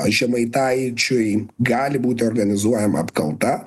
žemaitaičiui gali būti organizuojama apkalta